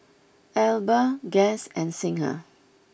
Alba Guess and Singha